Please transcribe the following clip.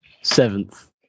Seventh